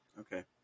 Okay